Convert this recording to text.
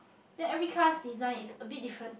then every car's design is a bit different